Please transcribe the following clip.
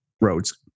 roads